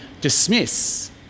dismiss